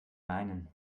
meinen